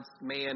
man